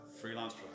freelance